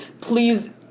Please